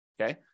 Okay